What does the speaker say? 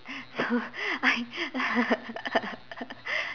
so I